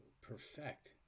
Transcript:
perfect